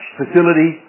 facility